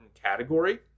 category